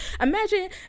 imagine